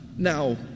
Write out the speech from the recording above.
Now